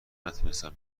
نتونستم